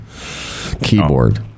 keyboard